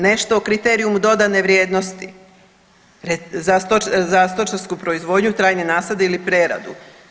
Nešto o kriteriju dodane vrijednosti za stočarsku proizvodnju, trajne nasade ili preradu.